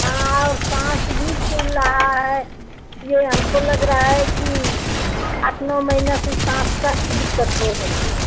हाँ और साँस भी फूल रहा है यह हमको लग रहा है कि आठ नौ महीने से साँस का भी दिक्कत हो रही है